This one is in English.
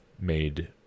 made